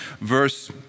verse